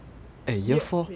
weird places